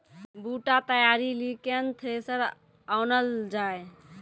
बूटा तैयारी ली केन थ्रेसर आनलऽ जाए?